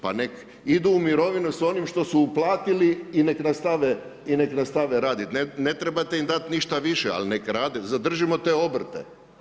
Pa nek idu u mirovinu s onim što su uplatili i nek nastave raditi, ne trebate im dat ništa više ali nek rade, zadržimo te obrte.